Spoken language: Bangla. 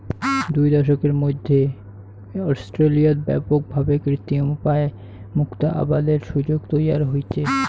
দুই দশকের মধ্যি অস্ট্রেলিয়াত ব্যাপক ভাবে কৃত্রিম উপায় মুক্তা আবাদের সুযোগ তৈয়ার হইচে